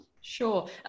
Sure